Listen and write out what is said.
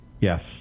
Yes